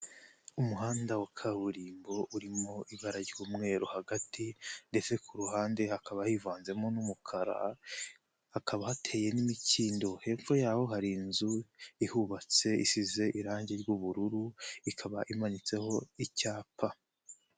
Umuhanda wa kaburimbo urimo ibara ry'umweru hagati ndetse ku ruhande hakaba hivanzemo n'umukara, hakaba hateye n'imikindo, hepfo yaho hari inzu ihubatse isize irangi ry'ubururu, ikaba imanitseho icyapa.